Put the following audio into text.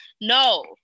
No